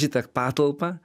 šitą patalpą